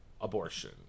abortion